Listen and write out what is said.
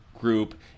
group